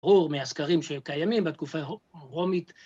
‫ברור מהזכרים שקיימים ‫בתקופה הרומית.